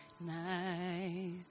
night